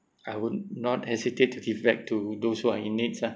I would not hesitate to give back to those who are in need lah